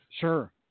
Sure